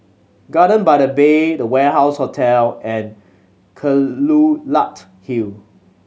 Garden by the Bay The Warehouse Hotel and Kelulut Hill